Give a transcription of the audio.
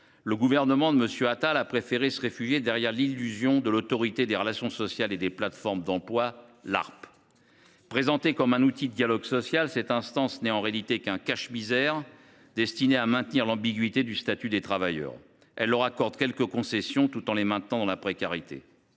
le gouvernement de M. Attal a préféré se réfugier derrière l’illusion de l’Autorité des relations sociales des plateformes d’emploi (Arpe). Présentée comme un outil de dialogue social, cette instance n’est en réalité qu’un cache misère destiné à maintenir l’ambiguïté du statut des travailleurs. Elle leur accorde quelques concessions, tout en les maintenant dans la précarité.